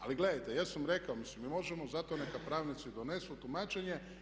Ali gledajte, ja sam rekao mislim mi možemo zato neka pravnici donesu tumačenje.